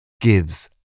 gives